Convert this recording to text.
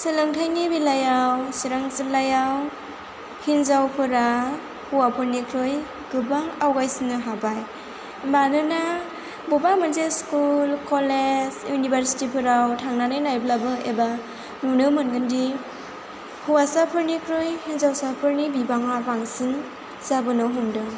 सोलोंथायनि बेलायाव सिरां जिल्लायाव हिनजावफोरा हौवाफोरनिख्रुइ गोबां आवगायसिननो हाबाय मानोना बबेबा मोनसे स्कुल कलेज युनिभारसिटिफोराव थांनानै नायब्लाबो एबा नुनो मोनगोनदि हौवासाफोरनिख्रुइ हिन्जावसाफोरनि बिबाङा बांसिन जाबोनो हमदों